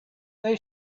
they